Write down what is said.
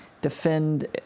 Defend